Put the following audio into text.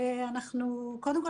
קודם כול,